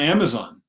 Amazon